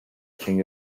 king